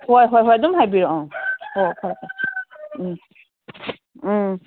ꯍꯣꯏ ꯍꯣꯏ ꯍꯣꯏ ꯑꯗꯨꯝ ꯍꯥꯏꯕꯤꯔꯣ ꯑꯥ ꯍꯣ ꯐꯔꯦ ꯐꯔꯦ ꯎꯝ ꯎꯝ